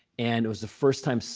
and it was the first time. so